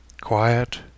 quiet